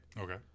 Okay